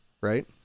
right